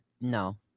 No